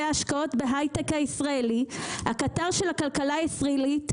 ההשקעות בהייטק הישראלי - הקטר של הכלכלה הישראלית,